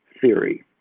theory